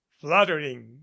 fluttering